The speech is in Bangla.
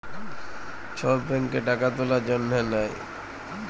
ছব ব্যাংকে টাকা তুলার জ্যনহে লেই